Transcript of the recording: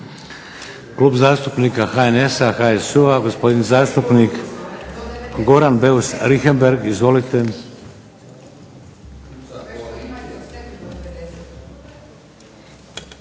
Klub zastupnika HNS-a, HSU-a gospodin zastupnik Goran Beus Richembergh: Izvolite.